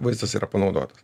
vaizdas yra panaudotas